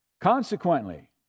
Consequently